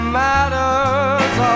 matters